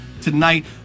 tonight